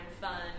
fun